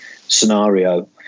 scenario